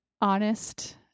honest